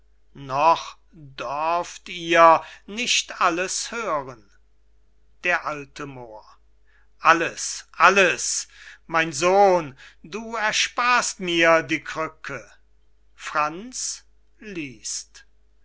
noch dörft ihr nicht alles hören d a moor alles alles mein sohn du ersparst mir die krücke franz